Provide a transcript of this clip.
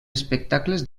espectacles